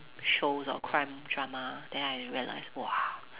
shows or crime drama then I realise !whoa!